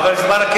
חבר הכנסת ברכה,